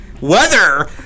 Weather